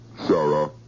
Sarah